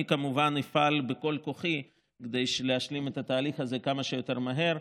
אני כמובן אפעל בכל כוחי כדי להשלים את התהליך הזה כמה שיותר מהר,